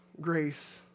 grace